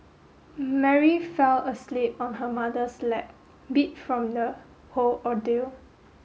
Mary fell asleep on her mother's lap beat from the whole ordeal